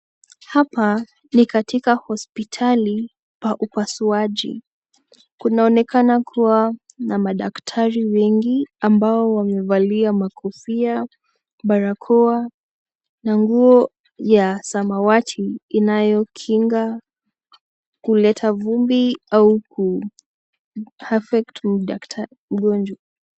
Hapa ni katika hospitali pa upasuaji. Kunaonekana kuwa na madaktari wengi ambao wamevalia makofia, barakoa na nguo ya samawati inayokinga kuleta vumbi au kuaffect mgonjwa.